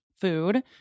food